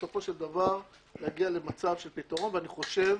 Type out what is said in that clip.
בסופו של דבר להגיע למצב של פתרון ואני חושב